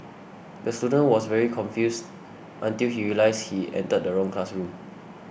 the student was very confused until he realised he entered the wrong classroom